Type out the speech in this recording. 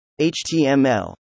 HTML